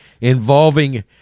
involving